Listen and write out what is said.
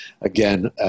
again